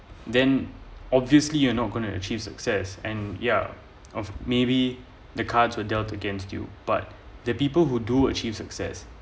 then obviously you're not gonna achieve success and yeah of maybe the cards were there against you but the people who do achieve success